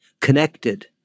connected